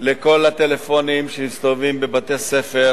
לכל הטלפונים שמסתובבים בבתי-ספר,